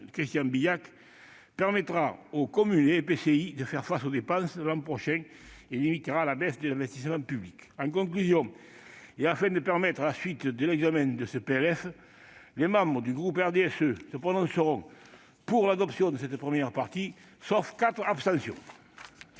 publics de coopération intercommunale (EPCI) de faire face aux dépenses de l'an prochain tout en limitant la baisse de l'investissement public. En conclusion, et afin de permettre la suite de l'examen de ce PLF, les membres du groupe du RDSE se prononceront pour l'adoption de cette première partie, sauf quatre abstentions.